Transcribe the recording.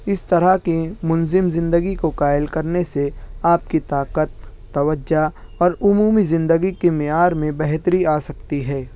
اس طرح کی منظم زندگی کو قائل کرنے سے آپ کی طاقت توجہ اور عمومی زندگی کی معیار میں بہتری آ سکتی ہے